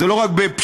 זה לא רק בפשיעה,